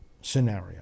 scenario